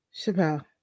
Chappelle